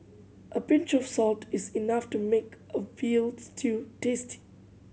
a pinch of salt is enough to make a veal stew tasty